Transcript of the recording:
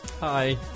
Hi